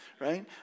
right